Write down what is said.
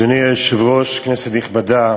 אדוני היושב-ראש, כנסת נכבדה,